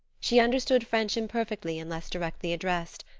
she understood french imperfectly unless directly addressed,